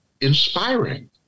inspiring